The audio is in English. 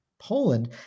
Poland